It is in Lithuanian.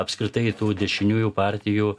apskritai tų dešiniųjų partijų